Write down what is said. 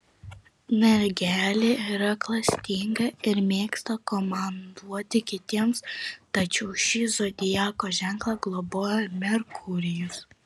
mergelė yra klastinga ir mėgsta komanduoti kitiems tačiau šį zodiako ženklą globoja merkurijus